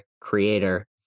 creator